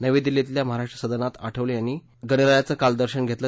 नवी दिल्लीतल्या महाराष्ट्र सदनात आठवले यांनी काल गणरायाचं दर्शन घेतलं